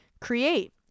create